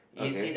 okay